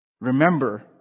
remember